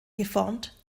geformt